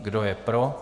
Kdo je pro?